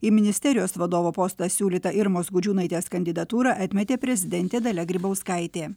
į ministerijos vadovo postą siūlytą irmos gudžiūnaitės kandidatūrą atmetė prezidentė dalia grybauskaitė